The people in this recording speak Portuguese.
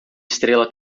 estrela